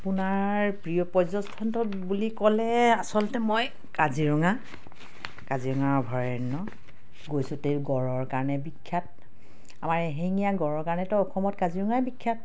আপোনাৰ প্ৰিয় পৰ্যটনস্থলী বুলি ক'লে আচলতে মই কাজিৰঙা কাজিৰঙা অভয়াৰণ্য গৈছোঁ গঁড়ৰ কাৰণে বিখ্যাত আমাৰ এশিঙীয়া গঁড়ৰ কাৰণেতো অসমত কাজিৰঙা বিখ্যাত